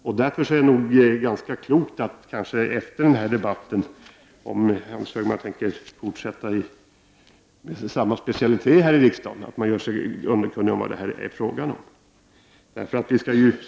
Det vore nog därför ganska klokt att Anders G Högmark efter den här debatten, om han tänker fortsätta med samma specialitet här i riksdagen, gör sig underkunnig om vad det här är fråga om.